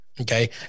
Okay